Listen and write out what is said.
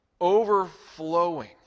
overflowing